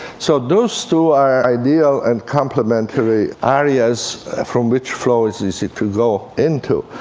so those two are ideal and complementary areas from which flow is easy to go into.